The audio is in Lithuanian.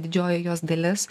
didžioji jos dalis